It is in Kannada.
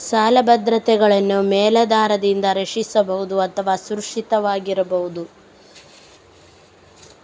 ಸಾಲ ಭದ್ರತೆಗಳನ್ನು ಮೇಲಾಧಾರದಿಂದ ರಕ್ಷಿಸಬಹುದು ಅಥವಾ ಅಸುರಕ್ಷಿತವಾಗಿರಬಹುದು